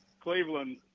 Cleveland